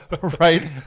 right